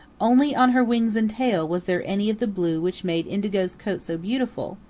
only on her wings and tail was there any of the blue which made indigo's coat so beautiful,